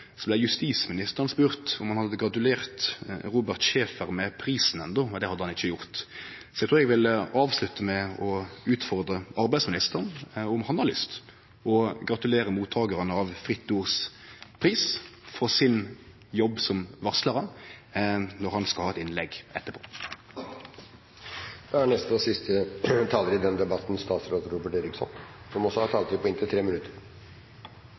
justisministeren spurt om han hadde gratulert Robin Schaefer med prisen enno, og det hadde han ikkje gjort. Så eg trur eg vil avslutte med å utfordre arbeidsministeren: Har han lyst til å gratulere mottakarane av Fritt Ords Pris for jobben deira som varslarar, når han skal ha eit innlegg etterpå? La meg først få lov til å få peke på det som også representanten Karin Andersen var inne på,